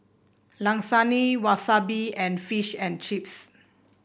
Lasagne Wasabi and Fish and Chips